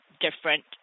different